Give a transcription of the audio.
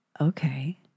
okay